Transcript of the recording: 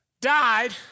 Died